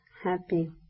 happy